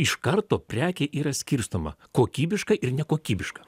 iš karto prekė yra skirstoma kokybiškai ir nekokybiška